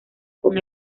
con